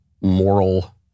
moral